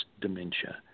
dementia